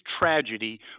tragedy